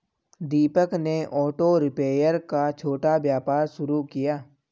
दीपक ने auto repair का छोटा व्यापार शुरू किया